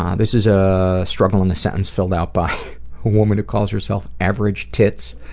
um this is a struggle in a sentence filled out by a woman who calls herself average tits.